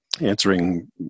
answering